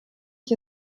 ich